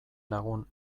lagun